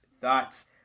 Thoughts